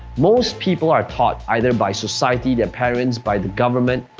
most people are taught, either by society, their parents, by the government,